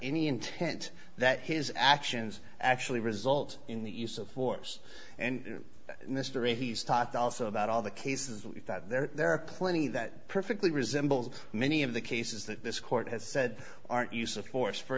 any intent that his actions actually result in the use of force and in this story he's talked also about all the cases that there are plenty that perfectly resembles many of the cases that this court has said aren't use of force for